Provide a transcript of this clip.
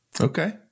Okay